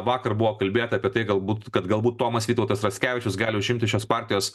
vakar buvo kalbėta apie tai galbūt kad galbūt tomas vytautas rackevičius gali užimti šios partijos